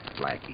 Blackie